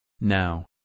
Now